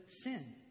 sin